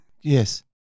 Yes